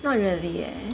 not really leh